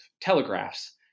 telegraphs